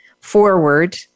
forward